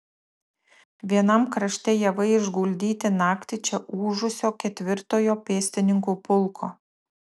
vienam krašte javai išguldyti naktį čia ūžusio ketvirtojo pėstininkų pulko